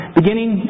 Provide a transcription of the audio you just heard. beginning